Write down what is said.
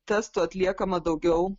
testų atliekama daugiau